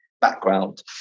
background